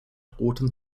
roten